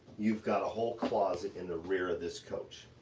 you've got a whole closet in the rear of this coach.